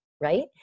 right